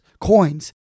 coins